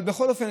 בכל אופן,